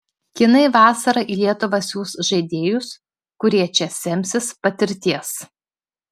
kinai vasarą į lietuvą siųs žaidėjus kurie čia semsis patirties